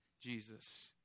Jesus